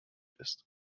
ist